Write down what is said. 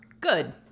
good